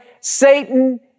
Satan